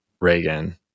Reagan